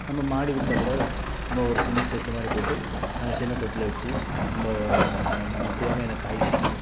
நம்ம மாடி வீட்டில் கூட நம்ம ஒரு சின்ன ஷெட்டு மாதிரி போட்டு சின்ன தொட்டில் வச்சி நம்ம நமக்கு தேவையான காய்கறிகள்